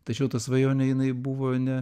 tačiau ta svajonė jinai buvo ne